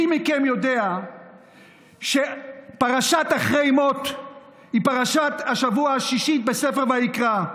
מי מכם יודע שפרשת אחרי מות היא פרשת השבוע השישית בספר ויקרא,